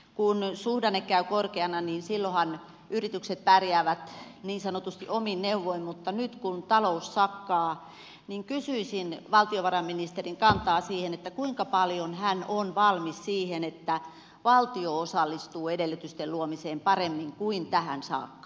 kun suhdanne käy korkeana niin silloinhan yritykset pärjäävät niin sanotusti omin neuvoin mutta nyt kun talous sakkaa niin kyseisiin valtiovarainministerin kantaa siihen että kuinka paljon valtionvarainministeri on valmis siihen että valtio osallistuu edellytysten luomiseen paremmin kuin tähän saakka